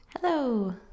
Hello